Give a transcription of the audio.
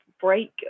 break